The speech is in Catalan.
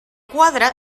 quadre